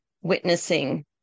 witnessing